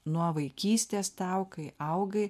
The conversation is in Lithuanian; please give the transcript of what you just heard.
nuo vaikystės tau kai augai